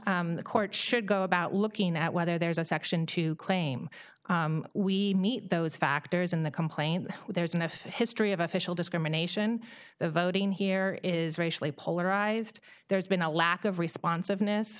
the court should go about looking at whether there's a section to claim we need those factors in the complaint that there's enough history of official discrimination the voting here is racially polarized there's been a lack of responsiveness